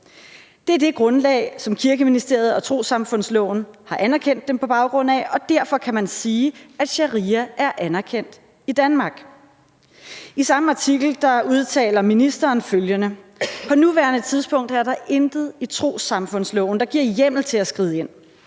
Det er det grundlag, som Kirkeministeriet og trossamfundsloven har anerkendt dem på baggrund af, og derfor kan man sige, at sharia er anerkendt i Danmark«. I samme artikel udtaler ministeren følgende: »På nuværende tidspunkt er der intet i trossamfundsloven, der giver hjemmel til at skride ind.